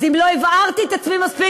אז אם לא הבהרתי את עצמי מספיק,